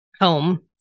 home